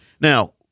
Now